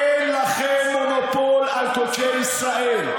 אין לכם מונופול על קודשי ישראל.